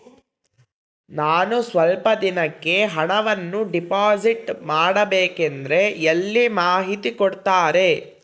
ನಾನು ಸ್ವಲ್ಪ ದಿನಕ್ಕೆ ಹಣವನ್ನು ಡಿಪಾಸಿಟ್ ಮಾಡಬೇಕಂದ್ರೆ ಎಲ್ಲಿ ಮಾಹಿತಿ ಕೊಡ್ತಾರೆ?